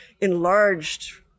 enlarged